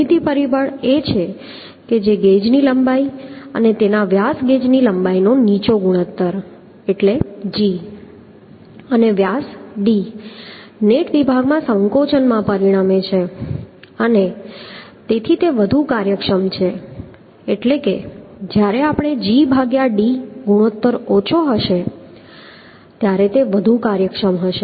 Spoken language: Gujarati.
ભૂમિતિ પરિબળ એ છે કે ગેજની લંબાઈ અને તેના વ્યાસ ગેજની લંબાઈનો નીચો ગુણોત્તર એટલે g અને વ્યાસ d નેટ વિભાગમાં સંકોચનમાં પરિણમે છે અને તેથી તે વધુ કાર્યક્ષમ છે એટલે કે જ્યારે g ભાગ્યા d ગુણોત્તર ઓછો હશે ત્યારે તે વધુ કાર્યક્ષમ હશે